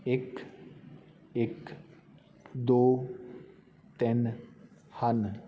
ਇੱਕ ਇੱਕ ਦੋ ਤਿੰਨ ਹਨ